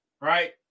right